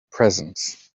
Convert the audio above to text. presence